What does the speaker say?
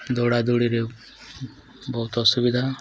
ଦୌଡ଼ା ଦୌଡ଼ିରେ ବହୁତ ଅସୁବିଧା